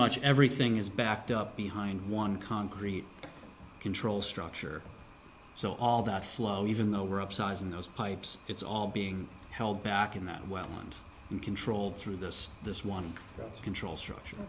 much everything is backed up behind one concrete control structure so all that flow even though we're upsize in those pipes it's all being held back in that well and controlled through this this one control structure